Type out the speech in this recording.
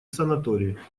санаторий